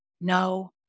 No